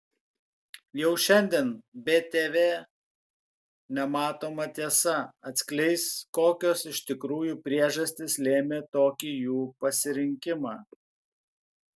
jau šiandien btv nematoma tiesa atskleis kokios iš tikrųjų priežastys lėmė tokį jų pasirinkimą